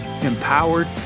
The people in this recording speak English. empowered